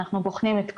אנחנו בוחנים את כל,